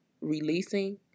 releasing